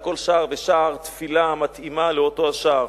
על כל שער ושער תפילה המתאימה לאותו השער.